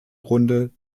runde